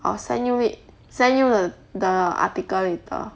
I will send you wait send you the the article later